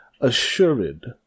assured